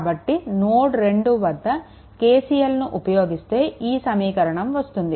కాబట్టి నోడ్2 వద్ద KCLను ఉపయోగిస్తే ఈ సమీకరణం వస్తుంది